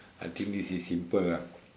I think this is simple ah